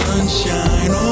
Sunshine